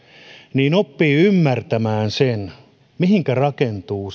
niin oppii ymmärtämään sen mihinkä rakentuu